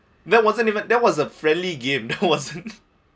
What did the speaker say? that wasn't even that was a friendly game that was